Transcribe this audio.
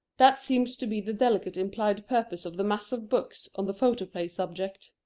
that seems to be the delicately implied purpose of the mass of books on the photoplay subject.